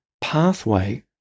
pathway